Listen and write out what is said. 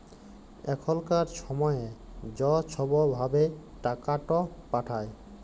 এখলকার ছময়ে য ছব ভাবে টাকাট পাঠায়